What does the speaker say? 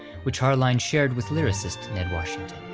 which harline shared with lyricist ned washington.